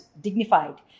dignified